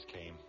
came